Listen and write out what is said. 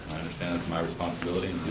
understand it's my responsibility,